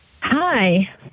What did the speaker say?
hi